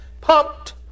pumped